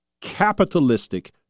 capitalistic